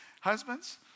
Husbands